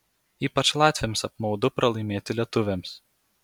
ypač latviams apmaudu pralaimėti lietuviams